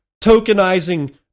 tokenizing